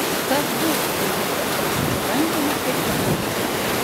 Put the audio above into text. kas būtų jei tiesiog pačiupčiau rankinę ir pabėgčiau